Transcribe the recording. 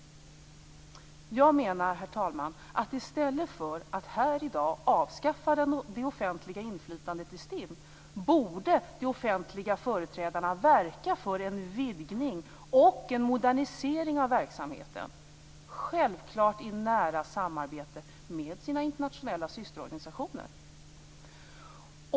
Herr talman! I stället för att här i dag avskaffa det offentliga inflytandet i STIM borde de offentliga företrädarna verka för en vidgning och för en modernisering av verksamheten, självklart i nära samarbete med sina internationella systerorganisationer.